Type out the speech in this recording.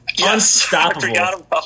Unstoppable